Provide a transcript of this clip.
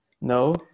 no